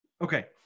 Okay